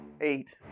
eight